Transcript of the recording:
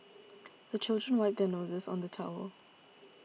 the children wipe their noses on the towel